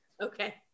Okay